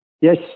Yes